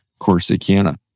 Corsicana